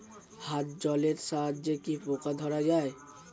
হাত জলের সাহায্যে কি পোকা ধরা যায়?